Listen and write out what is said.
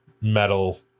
metal